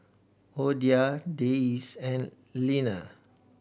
Oda Dayse and Leaner